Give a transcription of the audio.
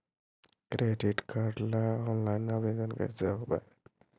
Credit card ल online आवेदन कैसे होब है?